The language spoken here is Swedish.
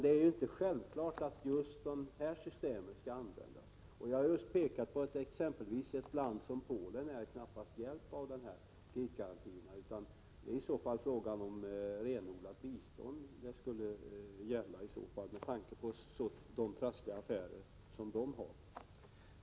Det är emellertid inte självklart att just dessa system skall användas, och jag har ju framhållit att ett land som Polen knappast är hjälpt av kreditgarantier. Det bör i stället handla om rent bistånd med tanke på de trassliga affärer som Polen har.